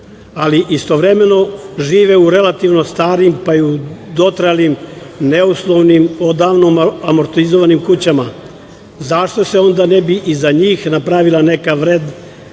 ali istovremeno žive u relativno starim, pa i u dotrajalim, neuslovnim, odavno amortizovanim kućama. Zašto se onda ne bi i za njih napravila neka vrsta